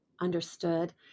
understood